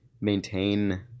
maintain